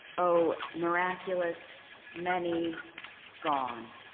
oh miraculous many gone.